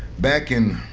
back in